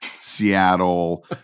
Seattle